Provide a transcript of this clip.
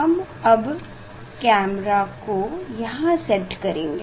हम अब कैमरा को यहाँ सेट करेंगे